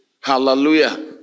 Hallelujah